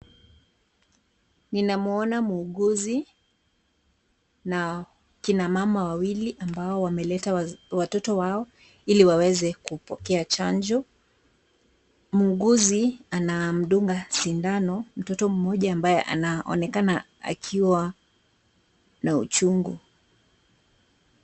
Ninamwona muuguzi na kina mama wawili ambao wameleta watoto wao iliwaweze kupokea chanjo, muuguzi anamdunga sindano mtoto mmoja ambaye anaonekana akiwa na uchungu.